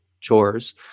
chores